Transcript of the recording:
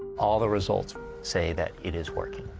all the results say that it is working.